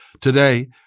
Today